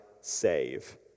save